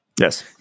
Yes